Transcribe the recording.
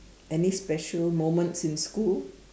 any special moments in school